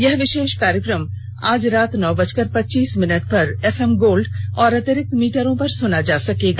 यह विशेष कार्यक्रम आज रात नौ बजकर पच्चीस मिनट पर एफएम गोल्ड और अतिरिक्त मीटरों पर सुना जा सकता है